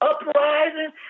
uprising